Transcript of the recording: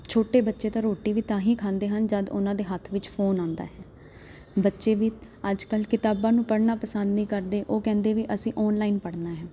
ਛੋਟੇ ਬੱਚੇ ਤਾਂ ਰੋਟੀ ਵੀ ਤਾਂ ਹੀ ਖਾਂਦੇ ਹਨ ਜਦ ਉਹਨਾਂ ਦੇ ਹੱਥ ਵਿੱਚ ਫੋਨ ਆਉਂਦਾ ਹੈ ਬੱਚੇ ਵੀ ਅੱਜ ਕੱਲ੍ਹ ਕਿਤਾਬਾਂ ਨੂੰ ਪੜ੍ਹਨਾ ਪਸੰਦ ਨਹੀਂ ਕਰਦੇ ਉਹ ਕਹਿੰਦੇ ਅਸੀਂ ਆਨਲਾਈਨ ਪੜ੍ਹਨਾ ਹੈ